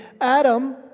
Adam